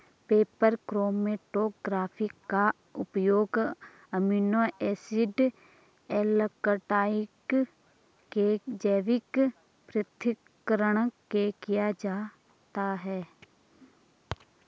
paper chromatography का उपयोग amino acid alkaloid के जैविक पृथक्करण में किया जाता है